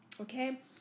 okay